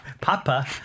papa